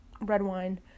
Redwine